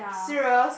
serious